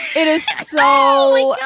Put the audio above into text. it is slowing.